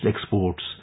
exports